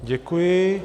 Děkuji.